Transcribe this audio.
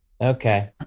Okay